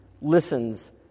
listens